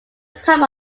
type